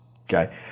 Okay